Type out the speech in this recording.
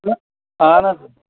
اَہَن حظ